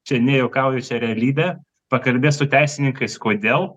čia nejuokauju čia realybė pakalbės su teisininkais kodėl